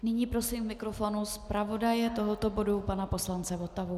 Nyní prosím k mikrofonu zpravodaje tohoto bodu pana poslance Votavu.